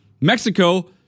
Mexico